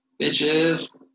bitches